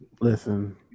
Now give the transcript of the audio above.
Listen